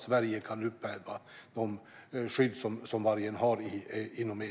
Sverige kan inte upphäva de skydd som vargen har inom EU.